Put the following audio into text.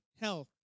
health